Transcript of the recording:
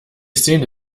szene